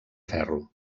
ferro